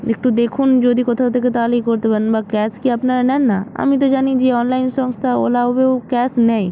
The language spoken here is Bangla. একটু দেখুন যদি কোথাও থেকে তাহলে ই করতে পারেন বা ক্যাশ কি আপনারা নেন না আমি তো জানি যে অনলাইন সংস্থা ওলা উবের ক্যাশ নেয়